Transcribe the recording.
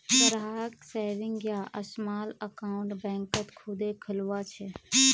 ग्राहक सेविंग या small account बैंकत खुदे खुलवा छे